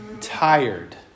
Tired